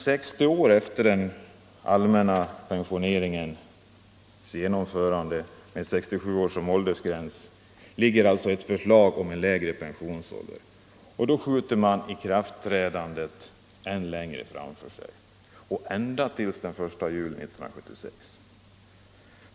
60 år efter den allmänna pensioneringens införande med 67 år som åldersgräns ligger alltså nu ett förslag om lägre pensionsålder, men då skjuter man ikraftträdandet framför sig, ända till den 1 juli 1976.